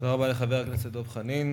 תודה רבה לחבר הכנסת דב חנין.